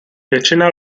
většina